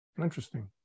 interesting